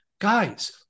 Guys